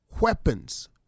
weapons